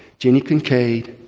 ginny kincaid,